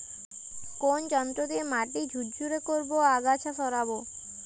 কোন যন্ত্র দিয়ে মাটি ঝুরঝুরে করব ও আগাছা সরাবো?